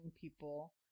people